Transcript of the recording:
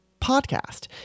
podcast